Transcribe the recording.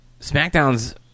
SmackDown's